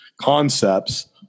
concepts